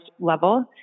level